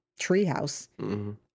treehouse